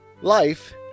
Life